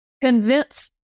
convince